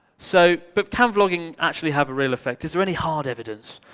so but can vlogging actually have a real effect? is there any hard evidence?